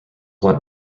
went